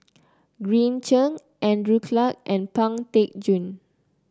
Green Zeng Andrew Clarke and Pang Teck Joon